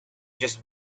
just